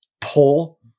pull